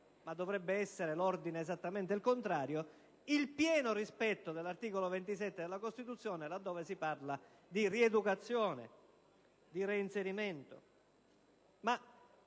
dovrebbe essere esattamente il contrario), è il pieno rispetto dell'articolo 27 della Costituzione, la dove si parla di rieducazione, di reinserimento. Ma